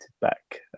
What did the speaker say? back